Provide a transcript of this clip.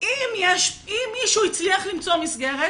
אם מישהו הצליח למצוא מסגרת